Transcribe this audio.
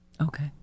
Okay